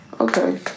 Okay